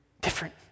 different